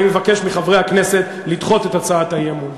אני מבקש מחברי הכנסת לדחות את הצעת האי-אמון.